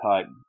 cut